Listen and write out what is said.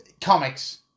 Comics